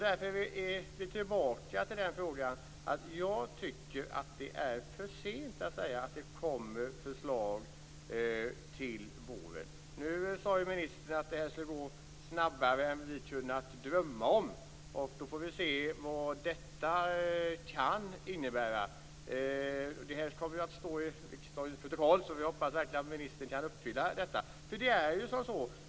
Därför kommer vi tillbaka till frågan att jag tycker att det är för sent att lägga fram förslag till våren. Nu sade ju ministern att detta skulle gå snabbare än vi kan drömma om. Då får vi väl se vad detta kan innebära. Det här kommer ju att stå i riksdagens protokoll, så vi hoppas verkligen att ministern kan uppfylla detta.